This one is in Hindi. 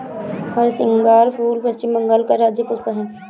हरसिंगार फूल पश्चिम बंगाल का राज्य पुष्प है